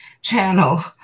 channel